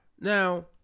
Now